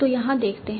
तो यहाँ देखते हैं